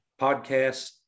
podcast